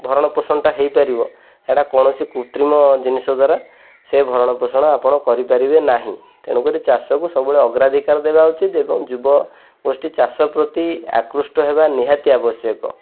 ଭରଣପୋଷଣଟା ହେଇପାରିବ ଏଟା କୌଣସି କୃତ୍ରିମ ଜିନିଷ ଦ୍ୱାରା ସେ ଭରଣପୋଷଣ ଆପଣ କରିପାରିବେ ନାହିଁ ତେଣୁକରି ଚାଷକୁ ସବୁବେଳେ ଅଗ୍ରାଧିକାର ଦେବା ଉଚିତ ଏବଂ ଯୁବଗୋଷ୍ଠୀ ଚାଷ ପ୍ରତି ଆକୃଷ୍ଟ ହେବା ନିହାତି ଆବଶ୍ୟକ